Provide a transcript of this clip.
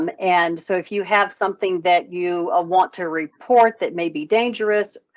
um and so if you have something that you ah want to report that may be dangerous,